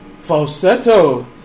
Falsetto